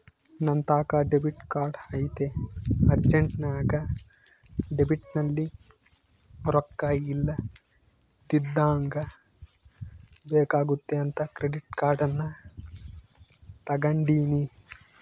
ನಂತಾಕ debit card ಐತೆ ಅರ್ಜೆಂಟ್ನಾಗ ಡೆಬಿಟ್ನಲ್ಲಿ ರೊಕ್ಕ ಇಲ್ಲದಿದ್ದಾಗ ಬೇಕಾಗುತ್ತೆ ಅಂತ ಕ್ರೆಡಿಟ್ ಕಾರ್ಡನ್ನ ತಗಂಡಿನಿ